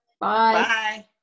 bye